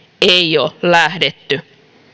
ei ole lähdetty